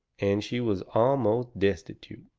and she was almost destitute.